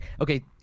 Okay